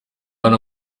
hano